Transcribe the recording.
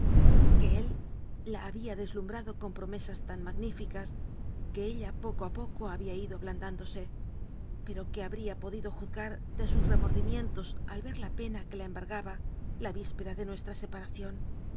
que él la había deslumhrado con promesas tan magníficas que ella poco a poco había ido ablandándose pero que habría podido juzgar de sus remordimientos al ver la pena que la em bargaba la víspera de nuestra separación